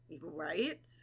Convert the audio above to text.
Right